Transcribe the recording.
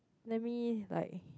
let me like